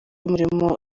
murimo